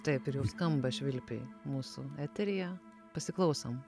taip ir jau skamba švilpiai mūsų eteryje pasiklausom